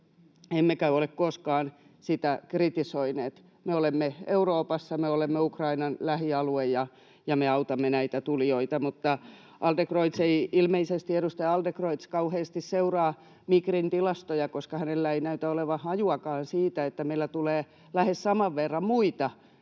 emmekä ole koskaan sitä kritisoineet. Me olemme Euroopassa, me olemme Ukrainan lähialue ja me autamme näitä tulijoita, mutta ilmeisesti edustaja Adlercreutz ei kauheasti seuraa Migrin tilastoja, koska hänellä ei näytä olevan hajuakaan siitä, että meillä tulee lähes saman verran muita